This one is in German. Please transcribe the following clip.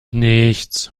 nichts